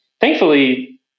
Thankfully